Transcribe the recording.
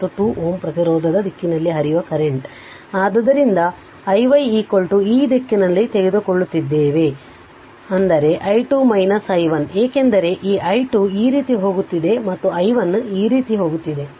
ಮತ್ತು 2 Ω ಪ್ರತಿರೋಧದ ದಿಕ್ಕಿನಲ್ಲಿ ಹರಿಯುವ ಕರೆಂಟ್ ಆದ್ದರಿಂದ i y ಈ ದಿಕ್ಕಿನಲ್ಲಿ ತೆಗೆದುಕೊಳ್ಳುತ್ತಿದ್ದೇವೆ ಆದ್ದರಿಂದ i2 i1 ಏಕೆಂದರೆ ಈ i2 ಈ ರೀತಿ ಹೋಗುತ್ತಿದೆ ಮತ್ತು ಈ i1 ಈ ರೀತಿ ಹೋಗುತ್ತಿದೆ